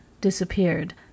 disappeared